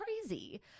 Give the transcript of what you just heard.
crazy